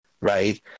Right